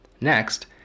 Next